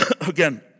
Again